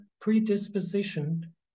predisposition